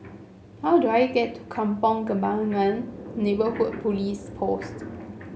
how do I get to Kampong Kembangan Neighbourhood Police Post